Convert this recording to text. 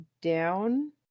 down